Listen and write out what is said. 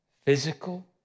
physical